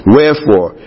Wherefore